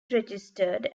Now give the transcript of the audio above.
registered